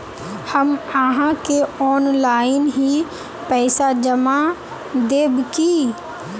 हम आहाँ के ऑनलाइन ही पैसा जमा देब की?